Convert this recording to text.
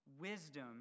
Wisdom